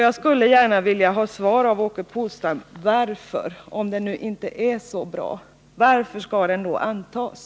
Jag skulle gärna vilja ha svar av Åke Polstam på frågan: Om lagen nu inte är så bra — varför skall den då antas?